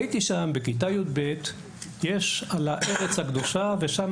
ראיתי שם תיאור של הארץ הקדושה ושם